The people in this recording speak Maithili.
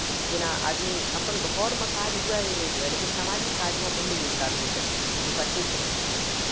जेना आदमी अपन घरमे काज हुए नहि हुए लेकिन सामाजिक काजमे पहिने योगदान दै छलखिन हेँ पहिलुका से छलै सिद्धांत